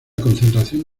concentración